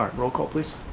um roll call, please.